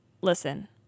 listen